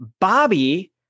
Bobby